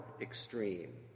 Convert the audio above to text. extreme